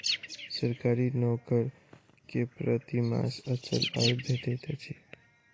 सरकारी नौकर के प्रति मास अचल आय भेटैत अछि